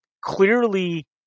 clearly